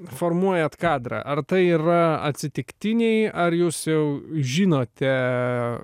formuojat kadrą ar tai yra atsitiktiniai ar jūs jau žinote